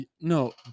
No